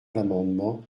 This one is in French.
l’amendement